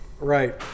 Right